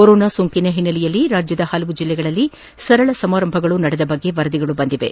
corona ಸೋಂಕಿನ ಹಿನ್ನೆಲೆಯಲ್ಲಿ ರಾಜ್ಯದ ವಿವಿಧ ಜಿಲ್ಲೆಗಳಲ್ಲೂ ಸರಳ ಸಮಾರಂಭಗಳು ನಡೆದ ಬಗ್ಗೆ ವರದಿಗಳು ಬಂದಿವೆ